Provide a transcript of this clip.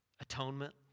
atonement